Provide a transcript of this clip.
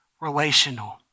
Relational